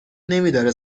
نمیداره